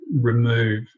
remove